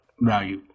value